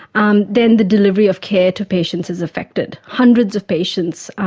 um then the delivery of care to patients is affected hundreds of patients,